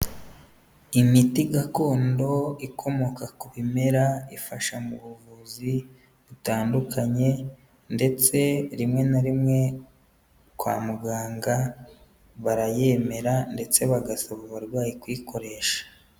Imiti gakondo ikomoka ku bimera, ifasha mu buvuzi butandukanye ndetse rimwe na rimwe kwa muganga barayemera ndetse bagasaba abarwayi kuyikoresha.